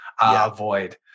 avoid